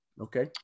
Okay